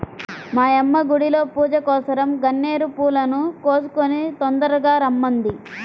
మా యమ్మ గుడిలో పూజకోసరం గన్నేరు పూలను కోసుకొని తొందరగా రమ్మంది